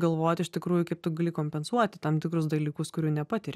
galvoti iš tikrųjų kaip tu gali kompensuoti tam tikrus dalykus kurių nepatiri